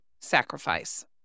sacrifice